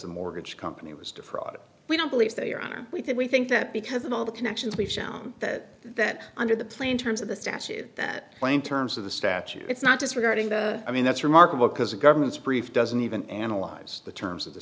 the mortgage company was defrauded we don't believe that your honor we did we think that because of all the connections we found that that under the plain terms of the statute that plain terms of the statute it's not disregarding the i mean that's remarkable because the government's brief doesn't even analyze the terms of the